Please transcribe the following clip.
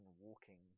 walking